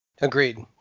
Agreed